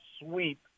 sweep